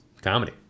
Comedy